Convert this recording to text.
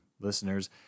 listeners